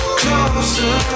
closer